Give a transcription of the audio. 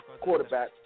quarterback